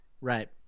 Right